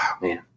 Man